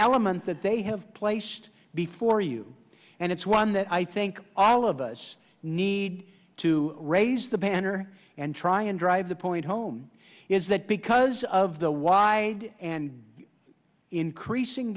element that they have placed before you and it's one that i think all of us need to raise the banner and try and drive the point home is that because of the why and increasing